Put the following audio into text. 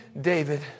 David